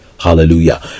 Hallelujah